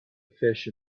fish